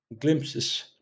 glimpses